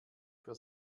für